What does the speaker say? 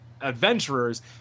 adventurers